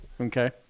Okay